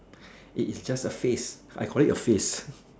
it is just a phase I collect a phase